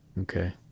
Okay